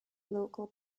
local